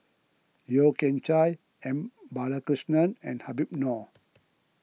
Yeo Kian Chai M Balakrishnan and Habib Noh